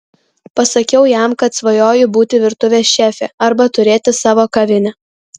pasakiau jam kad svajoju būti virtuvės šefė arba turėti savo kavinę